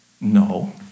No